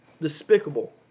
despicable